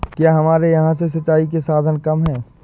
क्या हमारे यहाँ से सिंचाई के साधन कम है?